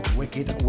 wicked